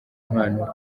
impano